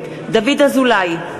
נגד דוד אזולאי,